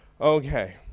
Okay